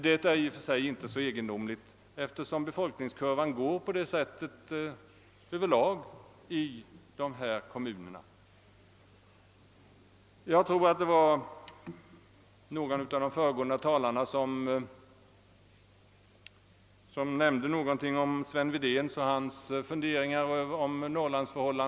Detta är i och för sig inte så egendomligt, eftersom befolkningskurvan i dessa kommuner över lag går i denna riktning. Någon av de föregående talarna nämnde Sven Wedéns funderingar om norrlandsfrågorna.